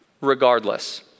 Regardless